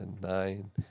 Nine